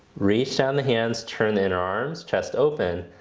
reach down the hands, turn the inner arms, chest open,